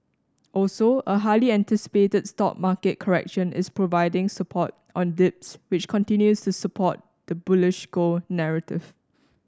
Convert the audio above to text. also a highly anticipated stock market correction is providing support on dips which continues to support the bullish gold narrative